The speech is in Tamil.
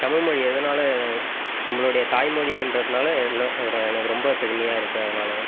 தமிழ்மொழி எதனால் நம்மளோடைய தாய்மொழின்றதுனால் என எனக்கு ரொம்ப பெருமையாக இருக்குது அதனால்